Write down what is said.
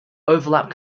overlap